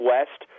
West